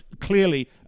clearly